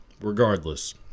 regardless